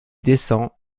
descend